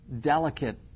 delicate